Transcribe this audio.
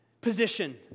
position